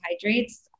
carbohydrates